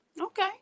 Okay